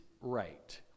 right